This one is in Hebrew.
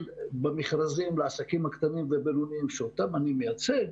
במכרזים לעסקים הקטנים והבינוניים אותם אני מייצג